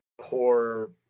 poor